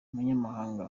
umunyamabanga